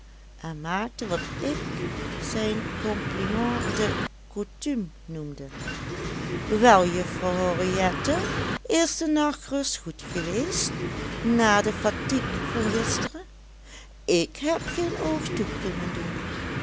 en maakte wat ik zijn compliments de coutume noemde wel juffrouw henriette is de nachtrust goed geweest na de fatigue van gisteren ik heb geen oog toe kunnen doen